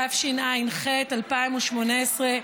התשע''ח 2018,